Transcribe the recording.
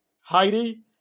heidi